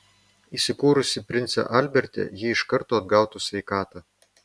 įsikūrusi prince alberte ji iš karto atgautų sveikatą